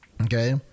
okay